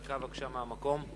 דקה מהמקום.